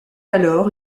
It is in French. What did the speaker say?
alors